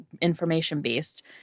information-based